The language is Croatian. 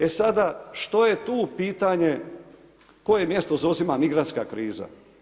E sada što je tu pitanje, koje mjesto zauzima migrantska kriza?